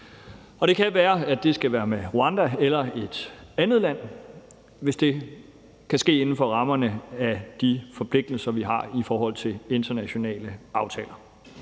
det kan være, at det skal være med Rwanda eller et andet land, hvis det kan ske inden for rammerne af de forpligtelser, vi har i forhold til internationale aftaler.